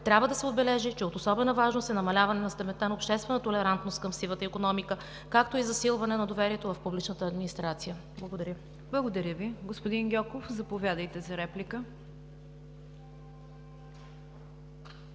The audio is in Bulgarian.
Трябва да се отбележи, че от особена важност е намаляване на степента на обществена толерантност към сивата икономика, както и засилване на доверието в публичната администрация. Благодаря. ПРЕДСЕДАТЕЛ НИГЯР ДЖАФЕР: Благодаря Ви. Господин Гьоков, заповядайте за реплика.